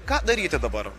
ką daryti dabar